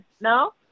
No